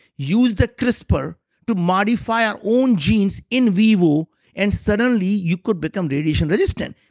use the crisper to modify our own genes in vivo and suddenly you could become radiation resistant.